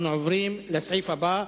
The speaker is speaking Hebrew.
אנחנו עוברים לסעיף הבא,